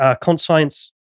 Conscience